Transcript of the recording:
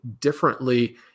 differently